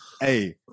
Hey